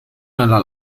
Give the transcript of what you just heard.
nella